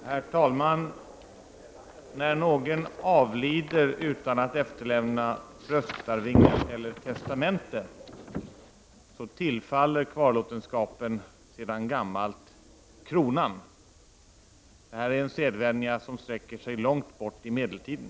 Herr talman! När någon avlider utan att efterlämna bröstarvinge eller testamente tillfaller kvarlåtenskapen sedan gammalt kronan. Detta är en sedvänja som sträcker sig långt tillbaka till medeltiden.